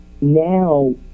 now